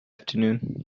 afternoon